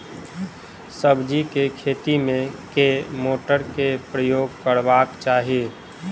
सब्जी केँ खेती मे केँ मोटर केँ प्रयोग करबाक चाहि?